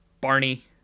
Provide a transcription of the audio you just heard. Barney